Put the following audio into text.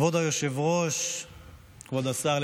לאומי, כבוד השרה,